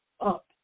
up